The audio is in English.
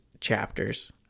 chapters